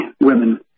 women